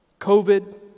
COVID